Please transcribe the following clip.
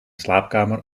slaapkamer